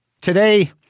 Today